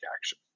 action